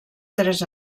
tres